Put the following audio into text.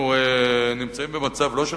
אנחנו נמצאים במצב, לא של